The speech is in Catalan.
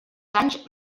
anys